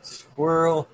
squirrel